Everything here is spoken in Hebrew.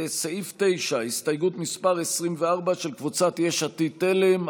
לסעיף 9, הסתייגות מס' 24, של קבוצת יש עתיד-תל"ם.